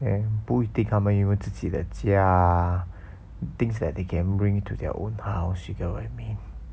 then 不一定他们有个自己的家 things that they can bring to their own house you get what I mean